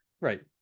Right